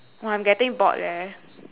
!wah! I'm getting bored leh